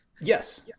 Yes